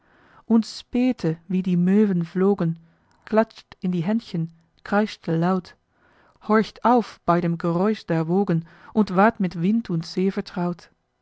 und spähte wie die möven flogen klatscht in die händchen kreischte laut horcht auf bei dem geräusch der wogen und ward mit wind und see